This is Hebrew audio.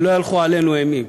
שלא יהלכו עלינו אימים.